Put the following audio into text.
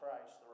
Christ